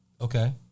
Okay